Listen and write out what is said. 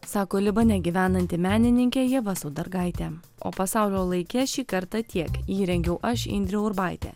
sako libane gyvenanti menininkė ieva saudargaitė o pasaulio laike šį kartą tiek jį rengiau aš indrė urbaitė